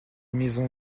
maison